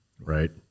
right